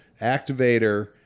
activator